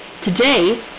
Today